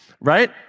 right